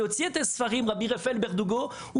רבי רפאל בירדוגו,